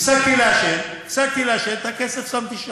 הפסקתי לעשן, את הכסף שמתי שם.